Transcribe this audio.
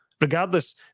Regardless